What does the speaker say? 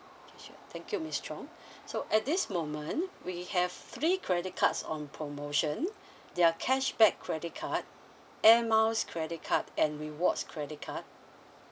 okay sure thank you miss chong so at this moment we have three credit cards on promotion they are cashback credit card Air Miles credit card and rewards credit card